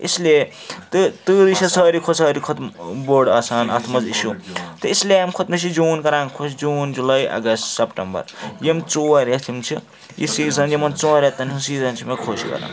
اِسلیے تہٕ تۭرٕے چھےٚ سارِوٕے کھۄتہٕ سارِوٕے کھۄتہٕ بوٚڈ آسان اَتھ منٛز اِشوٗ تہٕ اِسلیے اَمہِ کھۄتہٕ مےٚ چھِ جوٗن کَران خۄش جوٗن جُلائی اَگست سپٹمبَر یِم ژور رٮ۪تھ یِم چھِ یہِ سیٖزَن یِمَن ژور رٮ۪تَن ہٕنٛز سیٖزَن چھِ مےٚ خۄش کَران